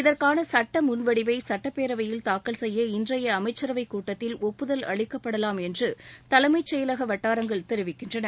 இதற்கான சட்ட முன்வடிவை சட்டப்பேரவையில் தாக்கல் செய்ய இன்றைய அமைச்சரவைக் கூட்டத்தில் ஒப்புதல் அளிக்கப்படலாம் என்று தலைமைச் செயலக வட்டாரங்கள் தெரிவிக்கின்றன